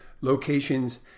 locations